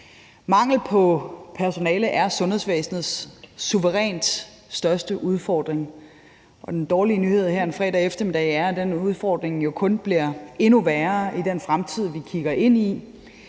Mangel på personale er sundhedsvæsenets suverænt største udfordring, og den dårlige nyhed her fredag eftermiddag er, at den udfordring jo kun bliver endnu værre i den fremtid, vi kigger ind i,